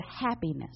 happiness